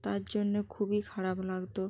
তার জন্যে খুবই খারাপ লাগত